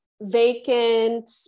vacant